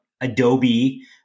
Adobe